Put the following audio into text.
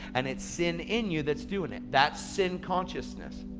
and its sin in you that's doing it. that's sin consciousness.